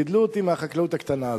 גידלו אותי מהחקלאות הקטנה הזאת.